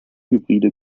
hybride